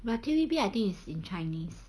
but T_V_B I think is in chinese